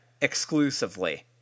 exclusively